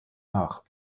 nach